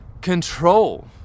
control